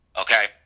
okay